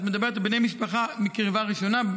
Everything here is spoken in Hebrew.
את מדברת על בני משפחה מקרבה ראשונה?